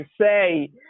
say